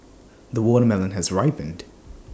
the watermelon has ripened